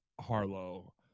harlow